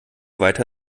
weiter